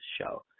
show